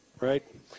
right